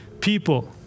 people